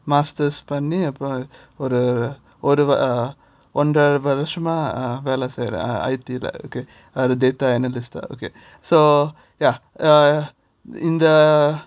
masters பண்ணி அப்புறம் ஒரு ஒரு ஒண்ணரை வருஷம் வேலை செய்றேன்:panni apuram oru oru onnara varusam vela seiren I_T lah okay data analyst ah okay so ya in the